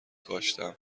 کاشتم